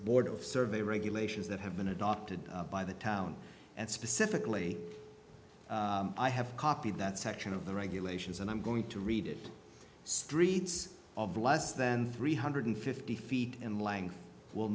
border survey regulations that have been adopted by the town and specifically i have copied that section of the regulations and i'm going to read it streets of less than three hundred fifty feet in length will